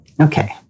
Okay